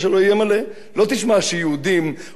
לא תשמע שיהודים הולכים ושוחטים,